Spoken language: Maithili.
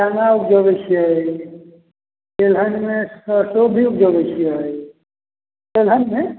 अनाज जोड़ै छिऐ तेलहनमे भी जोड़ै छिऐ तेलहनमे